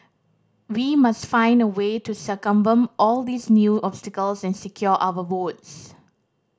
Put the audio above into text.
we must find a way to circumvent all these new obstacles and secure our votes